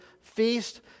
feast